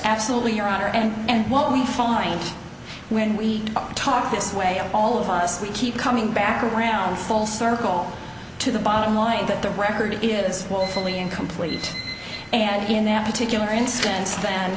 absolutely your honor and and what we find when we talk this way all of us we keep coming back around full circle to the bottom line that the record is woefully incomplete and in that particular instance tha